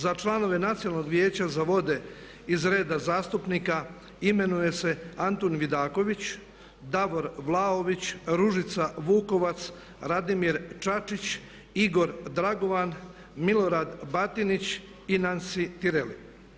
Za članove Nacionalnog vijeća za vode iz reda zastupnika imenuje se Antun Vidaković, Davor Vlaović, Ružica Vukovac, Radimir Čačić, Igor Dragovan, Milorad Batinić i Nansi Tireli.